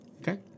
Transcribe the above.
Okay